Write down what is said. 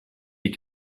des